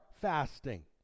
fasting